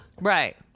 right